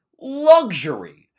luxury